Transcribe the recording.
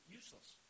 useless